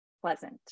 pleasant